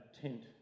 tent